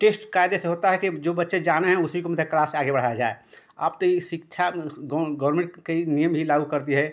test कायजे से होता कि जो बच्चे जाने हैं उसी को मतलब क्लास आगे बढ़ाया जाए अब तो ई शिक्षा गौरमेंट के कई नियम भी लागू कर दी है